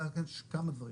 כמה דברים,